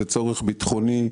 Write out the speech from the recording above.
שזה צורך ביטחון,